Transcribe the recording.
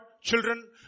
children